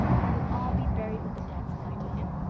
let it all be buried with the dead' says i to him.